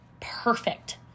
perfect